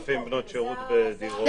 כ-5,000 בנות שירות בדירות.